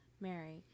Mary